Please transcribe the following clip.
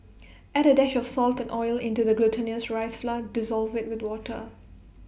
add A dash of salt and oil into the glutinous rice flour dissolve IT with water